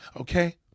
Okay